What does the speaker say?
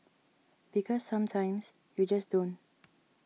because sometimes you just don't